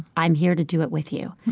i'm here to do it with you.